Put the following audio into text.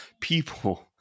people